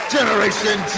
Generation